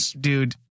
dude